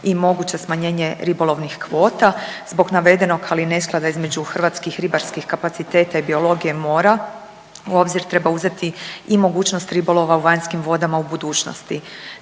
i moguće smanjenje ribolovnih kvota. Zbog navedenog, ali i nesklada između hrvatskih ribarskih kapaciteta i biologije mora, u obzir treba uzeti i mogućnost ribolova u vanjskim vodama u budućnosti.